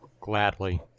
Gladly